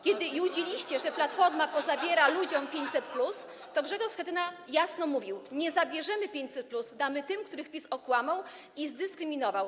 Kiedy judziliście, że Platforma pozabiera ludziom 500+, to Grzegorz Schetyna jasno mówił: nie zabierzemy 500+, damy tym, których PiS okłamał i dyskryminował.